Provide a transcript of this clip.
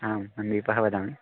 आम् अन्वीपः वदामि